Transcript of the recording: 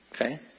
Okay